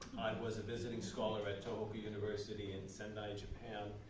was a visiting scholar at tohoku university in sendai, japan,